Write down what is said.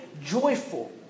joyful